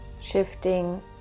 shifting